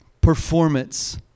performance